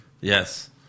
yes